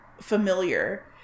familiar